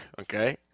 okay